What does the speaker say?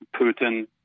Putin